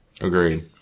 Agreed